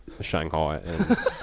Shanghai